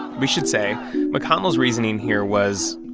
we should say mcconnell's reasoning here was,